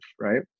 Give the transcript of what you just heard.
right